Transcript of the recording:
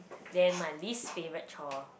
then my least favourite chore